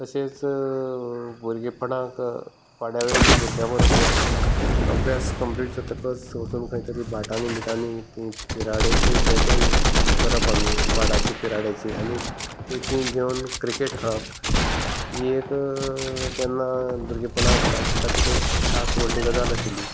तशेंच भुरगेपणांत वाड्यावयलीं भुरग्यां बरोबर अभ्यास कम्प्लीट जातकच वचून खंय तरी भाटांनी बिटांनी तीं पिराडेची बेटां करप आमी माडाची पिराडेची आनी ती तीं घेवन क्रिकेट खेळप ही एक तेन्ना भुरगेपणांत आमच्या खातीर एक खास व्हडली गजाल आशिल्ली